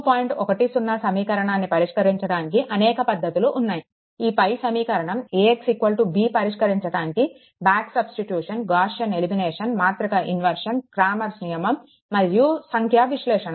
10 సమీకరణాన్ని పరిష్కరించడానికి అనేక పద్ధతులు ఉన్నాయి ఈ పై సమీకరణం AX B పరిష్కరించడానికి బాక్ సుబ్స్టిట్యూషన్ గాశ్సియన్ ఎలిమినేషన్ మాతృక ఇన్వర్షన్ క్రామర్స్ నియమం మరియు సంఖ్యా విశ్లేషణ